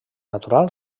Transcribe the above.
natural